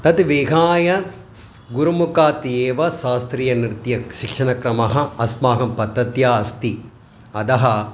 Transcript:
तत् विहाय स् स् गुरुमुखात् एव शास्त्रीयनृत्यशिक्षणक्रमः अस्माकं पद्धत्याः अस्ति अतः